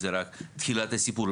זו רק תחילת הסיפור.